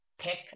pick